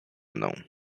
mną